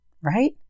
right